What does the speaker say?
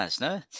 No